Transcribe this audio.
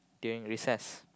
during recess